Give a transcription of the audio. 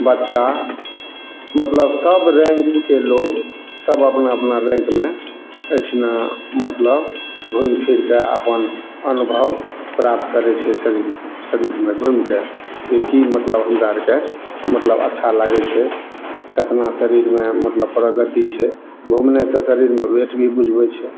बच्चा मतलब सब रैङ्कके लोग सब अपना अपना रैङकमे एहिठिना मतलब घुमि फिर कऽ अपन अनुभब प्राप्त करै छै शरीर शरीरमे घुमिके जे की मतलब हमरा आरके मतलब अच्छा लागै छै कतना शरीरमे मतलब प्रगति छै घुमने से शरीरमे बेट भी बुझबै छै